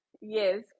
Yes